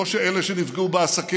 לא של אלה שנפגעו בעסקים,